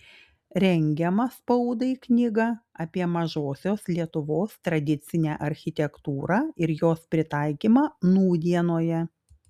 rengiama spaudai knyga apie mažosios lietuvos tradicinę architektūrą ir jos pritaikymą nūdienoje